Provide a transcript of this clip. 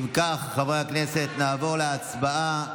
אם כך, חברי הכנסת, נעבור להצבעה.